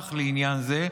שהוסמך לעניין זה,